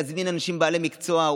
להזמין בעלי מקצוע,